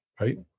right